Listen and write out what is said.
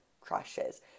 crushes